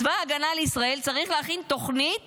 צבא ההגנה לישראל צריך להכין תוכנית